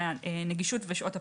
הנגישות ושעות הפתיחה.